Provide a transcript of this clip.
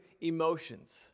emotions